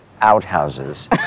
outhouses